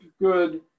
good